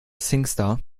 singstar